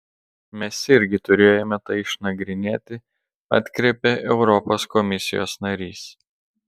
mes irgi turėjome tai išnagrinėti atkreipė europos komisijos narys